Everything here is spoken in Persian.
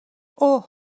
اوه